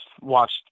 watched